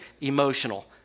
emotional